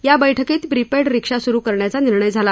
या बैठकीत प्रीपेड रिक्षा सुरु करण्याचा निर्णय झाला